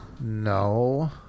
No